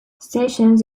stations